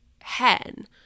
hen